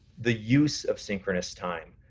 the use of synchronous time.